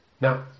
Now